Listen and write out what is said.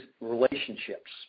relationships